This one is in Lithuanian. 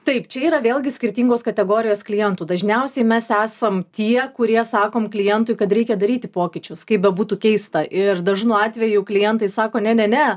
taip čia yra vėlgi skirtingos kategorijos klientų dažniausiai mes esam tie kurie sakom klientui kad reikia daryti pokyčius kaip bebūtų keista ir dažnu atveju klientai sako ne ne ne